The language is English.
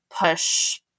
push